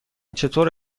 چطور